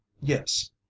Yes